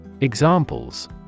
Examples